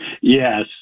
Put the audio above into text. Yes